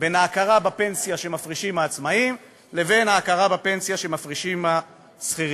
בין ההכרה בפנסיה שמפרישים העצמאים לבין ההכרה בפנסיה שמפרישים השכירים.